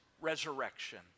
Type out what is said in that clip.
resurrection